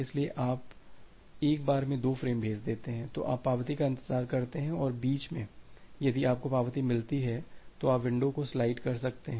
इसलिए जब आप एक बार में 2 फ्रेम भेज देते हैं तो आप पावती का इंतजार करते हैं और बीच में यदि आपको पावती मिलती है तो आप विंडो को स्लाइड कर सकते हैं